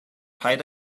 paid